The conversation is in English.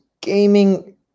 gaming